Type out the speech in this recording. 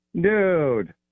Dude